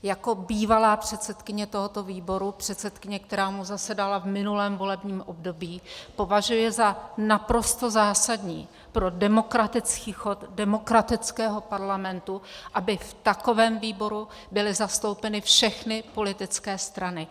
Jako bývalá předsedkyně tohoto výboru, předsedkyně, která mu předsedala v minulém volebním období, považuji za naprosto zásadní pro demokratický chod demokratického parlamentu, aby v takovém výboru byly zastoupeny všechny politické strany.